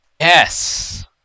Yes